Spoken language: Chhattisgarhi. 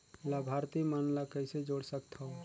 लाभार्थी मन ल कइसे जोड़ सकथव?